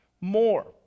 more